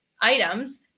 items